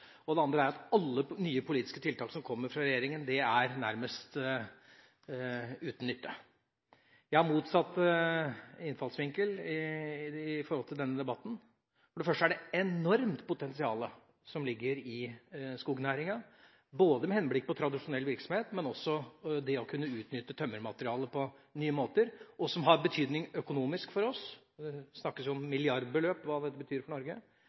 gått. Den andre er å si at alle nye politiske tiltak som kommer fra regjeringa, nærmest er uten nytte. Jeg har motsatt innfallsvinkel i denne debatten. Først: Det er et enormt potensial i skognæringen, med henblikk både på tradisjonell virksomhet og på det å kunne utnytte tømmermaterialet på nye måter, noe som har økonomisk betydning for oss. Det snakkes om milliardbeløp med tanke på hva dette betyr for Norge